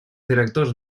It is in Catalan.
directors